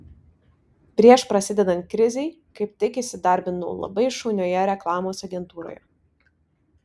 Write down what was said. prieš prasidedant krizei kaip tik įsidarbinau labai šaunioje reklamos agentūroje